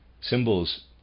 Symbols